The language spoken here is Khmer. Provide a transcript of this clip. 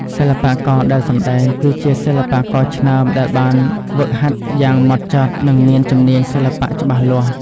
សិល្បករដែលសម្តែងគឺជាសិល្បករឆ្នើមដែលបានហ្វឹកហាត់យ៉ាងហ្មត់ចត់ និងមានជំនាញសិល្បៈច្បាស់លាស់។